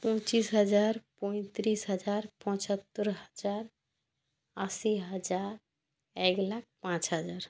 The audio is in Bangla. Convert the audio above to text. পঁচিশ হাজার পঁয়ত্রিশ হাজার পঁচাত্তর হাজার আশি হাজার এক লাখ পাঁচ হাজার